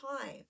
time